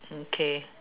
okay